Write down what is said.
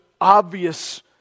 obvious